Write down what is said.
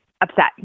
upset